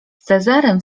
cezarym